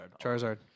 Charizard